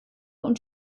und